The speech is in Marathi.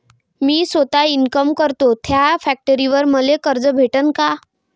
मी सौता इनकाम करतो थ्या फॅक्टरीवर मले कर्ज भेटन का?